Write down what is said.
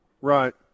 Right